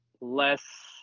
less